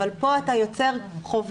אבל כאן אתה יוצר חובה.